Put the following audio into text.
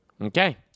Okay